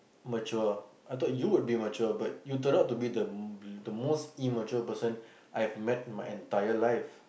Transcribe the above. mature I thought you would be mature but you turned out to be the m~ the most immature person I've met in my entire life